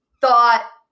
thought